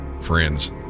friends